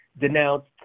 denounced